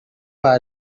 bar